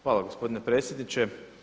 Hvala gospodine predsjedniče.